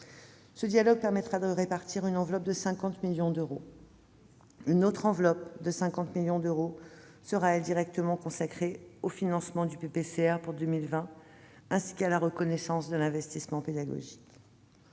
Ce dialogue permettra de répartir une enveloppe de 50 millions d'euros. Une autre enveloppe de 50 millions d'euros sera directement affectée au financement du PPCR pour 2020, ainsi qu'à la reconnaissance de l'investissement pédagogique.